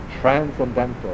transcendental